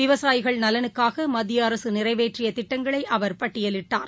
விவசாயிகள் நலனுக்காக மத்திய அரசு நிறைவேற்றிய திட்டங்களை அவர்பட்டியலிட்டார்